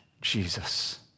Jesus